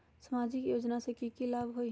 सामाजिक योजना से की की लाभ होई?